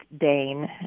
Dane